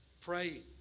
Pray